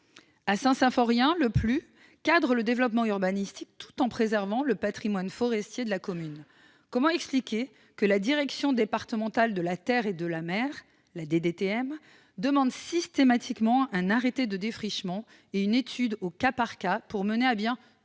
À Saint-Symphorien, le PLU encadre le développement urbanistique tout en préservant le patrimoine forestier de la commune. Dès lors, comment expliquer que la direction départementale des territoires et de la mer, la DDTM, demande systématiquement un arrêté de défrichement et une étude au cas par cas pour autoriser